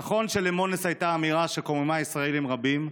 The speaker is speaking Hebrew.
נכון שלמואנס הייתה אמירה שקוממה ישראלים רבים,